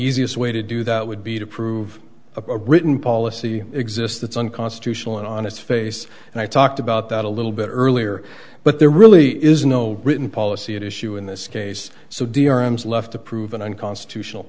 easiest way to do that would be to prove a written policy exists that's unconstitutional and on its face and i talked about that a little bit earlier but there really is no written policy at issue in this case so drams left to prove an unconstitutional